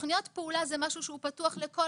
תוכניות פעולה זה משהו שהוא פתוח לכל